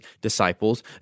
disciples